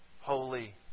holy